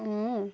अँ